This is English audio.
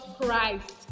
christ